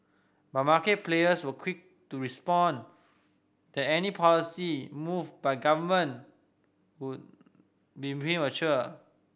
but market players were quick to respond that any policy move by government would be premature